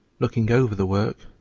looking over the work,